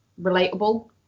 relatable